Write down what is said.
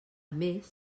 més